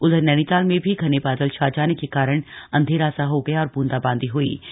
उधर नैनीताल में भी घने बादल छा जाने के कारण अंधेरा सा हो गया और ब्रंदा बांदी हयी